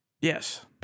Yes